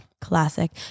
Classic